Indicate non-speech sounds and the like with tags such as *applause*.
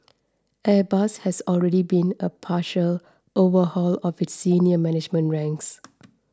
airbus has already been a partial overhaul of its senior management ranks *noise*